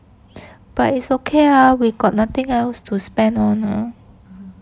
but it's okay ah we got nothing else to spend on ah